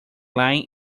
lying